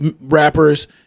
rappers